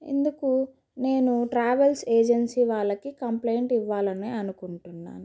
ఇందుకు నేను travels agency వాళ్ళకి కంప్లైంట్ ఇవ్వాలని అనుకుంటున్నాను